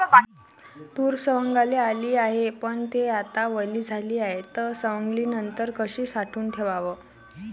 तूर सवंगाले आली हाये, पन थे आता वली झाली हाये, त सवंगनीनंतर कशी साठवून ठेवाव?